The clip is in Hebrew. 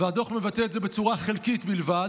הדוח מבטא את זה בצורה חלקית בלבד,